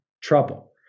trouble